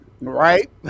right